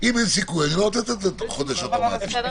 אם אין סיכוי אני לא רוצה לתת חודש נוסף באופן אוטומטי.